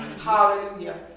Hallelujah